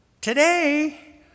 Today